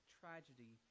tragedy